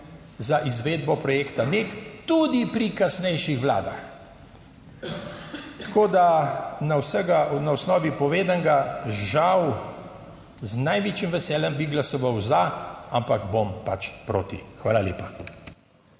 za izvedbo projekta NEK tudi pri kasnejših vladah. Tako da na vsega, na osnovi povedanega, žal z največjim veseljem bi glasoval za, ampak bom pač proti. Hvala lepa.